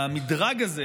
המדרג הזה,